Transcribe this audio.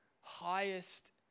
highest